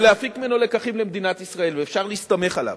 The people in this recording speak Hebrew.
ולהפיק ממנו לקחים למדינת ישראל ואפשר להסתמך עליו.